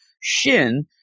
Shin